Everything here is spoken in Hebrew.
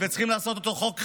צריכים לעשות אותו חוק חכם: